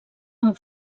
amb